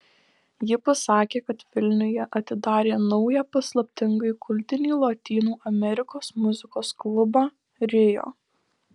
ji pasakė kad vilniuje atidarė naują paslaptingai kultinį lotynų amerikos muzikos klubą rio